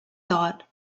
thought